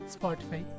Spotify